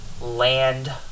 land